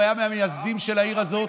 הוא היה מהמייסדים של העיר הזאת,